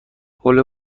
حوله